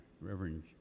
Reverend